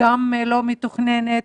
לא מתוכננת,